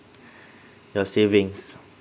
your savings